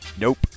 Nope